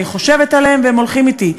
אני חושבת עליהם והם הולכים אתי,